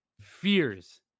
fears